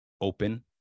open